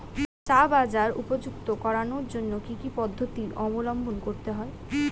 চা বাজার উপযুক্ত করানোর জন্য কি কি পদ্ধতি অবলম্বন করতে হয়?